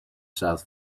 south